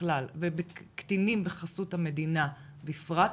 בכלל ובקטינים בחסות המדינה בפרט,